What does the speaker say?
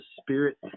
spirit